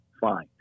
Fine